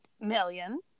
million